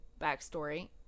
Backstory